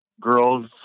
girls